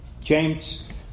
James